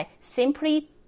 Simply